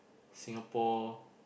Singapore